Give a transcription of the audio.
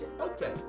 Okay